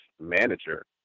manager